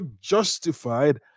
justified